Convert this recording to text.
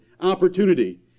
opportunity